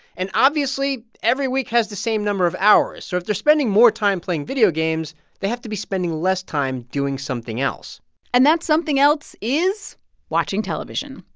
and, obviously, every week has the same number of hours. so if they're spending more time playing video games, they have to be spending less time doing something else and that something else is watching television.